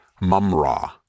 Mum-Ra